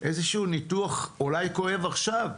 איזשהו ניתוח אולי כואב עכשיו,